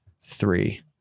three